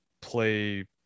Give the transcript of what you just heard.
play